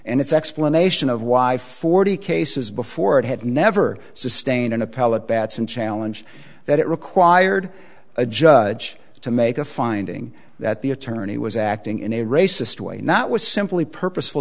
and its explanation of why forty cases before it had never sustained an appellate batson challenge that it required a judge to make a finding that the attorney was acting in a racist way not was simply purposeful